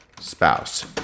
spouse